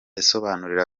asobanura